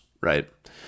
right